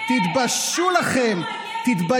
תשמע את עצמך, תצאו